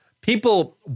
people